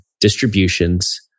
distributions